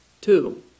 Two